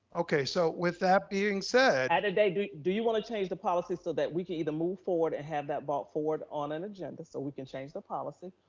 okay, so with that being said. and do do you want to change the policy so that we can either move forward and have that bought forward on an agenda so we can change the policy?